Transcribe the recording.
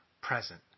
present